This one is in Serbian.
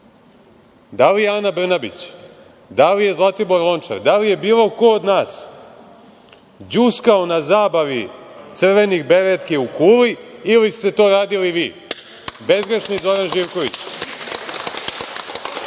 da li je Ana Brnabić, da li je Zlatibor Lončar, da li je bilo ko od nas đuskao na zabavi crvenih beretki u Kuli ili ste to radili vi, bezgrešni Zoran Živković? Ko